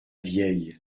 vieille